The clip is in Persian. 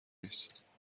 نیست